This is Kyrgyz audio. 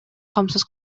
камсыз